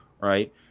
right